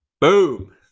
Boom